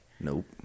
Nope